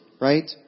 right